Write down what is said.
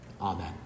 Amen